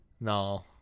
no